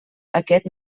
aquest